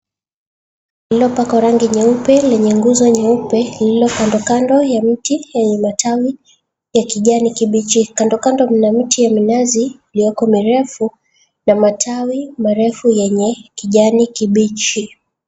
Lililopakwa rangi nyeupe lenye nguzo nyeupe lililo kando kando ya mti yenye matawi ya kijani kibichi. Kandokando mna miti ya minazi iliyoko merefu na matawi marefu yenye kijani kibichi.